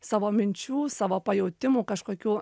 savo minčių savo pajautimų kažkokių